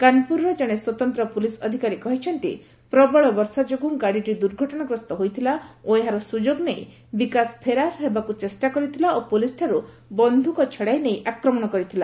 କାନପୁରର ଜଣେ ସ୍ୱତନ୍ତ୍ର ପୁଲିସ୍ ଅଧିକାରୀ କହିଛନ୍ତି ପ୍ରବଳ ବର୍ଷା ଯୋଗୁଁ ଗାଡ଼ିଟି ଦ୍ର୍ଘଟଣାଗ୍ରସ୍ତ ହୋଇଥିଲା ଓ ଏହାର ସୁଯୋଗ ନେଇ ବିକାଶ ଫେରାର ହେବାକୁ ଚେଷ୍ଟା କରିଥିଲା ଓ ପୋଲିସ୍ଠାରୁ ବନ୍ଧୁକ ଛଡ଼ାଇ ନେଇ ଆକ୍ରମଣ କରିଥିଲା